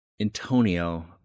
Antonio